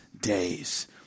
days